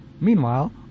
Meanwhile